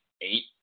eight